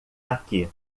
aqui